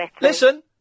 listen